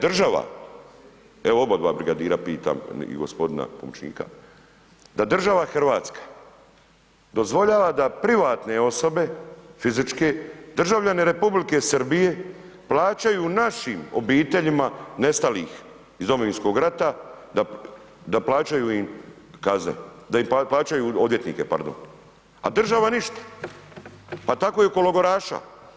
Da je država, evo obadva brigadira pitam i g. pomoćnika, da država RH dozvoljava da privatne osobe, fizičke, državljane Republike Srbije plaćaju našim obiteljima nestalih iz Domovinskog rata da plaćaju im kazne, da im plaćaju odvjetnike, pardon, a država ništa, pa tako je i oko logoraša.